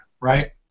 right